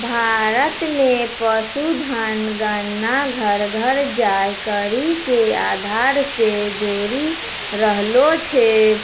भारत मे पशुधन गणना घर घर जाय करि के आधार से जोरी रहलो छै